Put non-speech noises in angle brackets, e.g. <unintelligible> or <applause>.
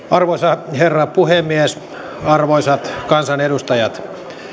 <unintelligible> arvoisa herra puhemies arvoisat kansanedustajat